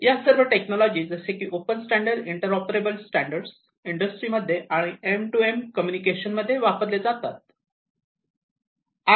या सर्व टेक्नॉलॉजी जसे की open standard interoperable standard industries मध्ये आणि M2M कम्युनिकेशन मध्ये वापरले जातात